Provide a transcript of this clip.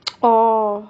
oh